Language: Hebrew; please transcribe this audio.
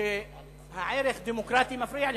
שהערך "דמוקרטי" מפריע להם.